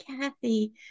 Kathy